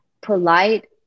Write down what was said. polite